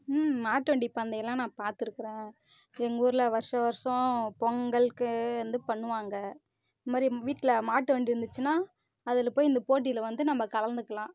ம் மாட்டு வண்டி பந்தயமெலாம் நான் பார்த்துருக்குறேன் எங்கள் ஊரில் வருஷம் வருடம் பொங்கலுக்கு வந்து பண்ணுவாங்க இந்தமாதிரி வீட்டில் மாட்டு வண்டி இருந்துச்சுன்னா அதில் போய் இந்த போட்டியில் வந்து நம்ம கலந்துக்கலாம்